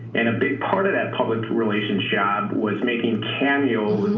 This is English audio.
and a big part of that public relations job was making cameos